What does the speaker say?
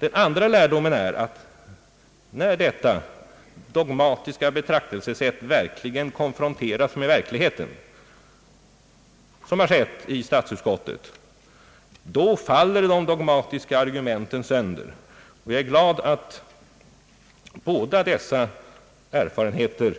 Den andra lärdomen är att när detta dogmatiska betraktelsesätt konfronteras med verkligheten, såsom skett i statsutskottet, då faller de dogmatiska argumenten sönder. Jag är glad över att båda dessa erfarenheter